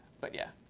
but yeah.